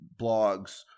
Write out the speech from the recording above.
blogs